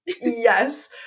Yes